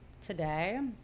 today